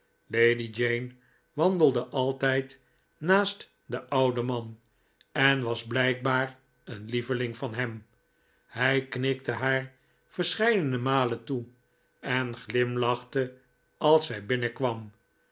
lady jane wandelde altijd naast den ouden man en was blijkbaar een lieveling van hem hij knikte haar verscheidene malen toe en glimlachte als zij binnenkwam